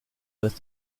with